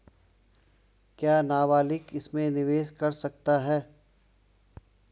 क्या नाबालिग इसमें निवेश कर सकता है?